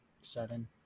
seven